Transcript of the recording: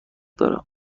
دارم